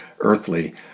earthly